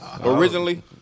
Originally